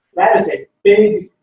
that is a big.